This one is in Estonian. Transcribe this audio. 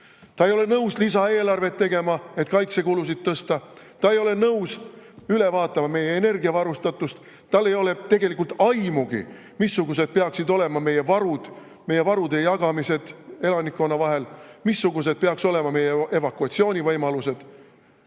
Ta ei ole nõus lisaeelarvet tegema, et kaitsekulusid tõsta. Ta ei ole nõus üle vaatama meie energiavarustatust. Tal ei ole tegelikult aimugi, missugused peaksid olema meie varud, meie varude jagamised elanikkonna vahel, missugused peaksid olema meie evakuatsioonivõimalused.